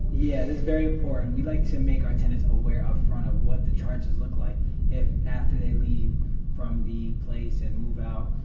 yeah. this is very important. we like to make our tenants aware up front of what the charges look like if after they leave from the place and move out.